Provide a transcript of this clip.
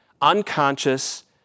unconscious